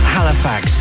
Halifax